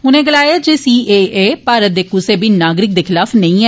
उनें गलाया जे सीएए भारत दे कुसै बी नागरिक दे खिलाफ नेंइ ऐ